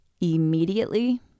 immediately